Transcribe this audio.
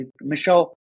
Michelle